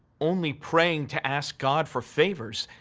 only praying to ask god for favors,